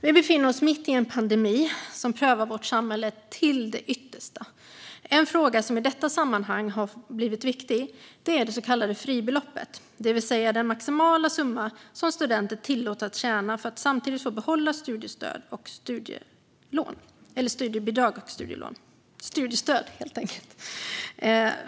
Vi befinner oss mitt i en pandemi som prövar vårt samhälle till det yttersta. En fråga som i detta sammanhang har blivit viktig är det så kallade fribeloppet, det vill säga den maximala summa som studenter tillåts tjäna för att samtidigt få behålla sitt studiestöd.